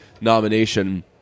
nomination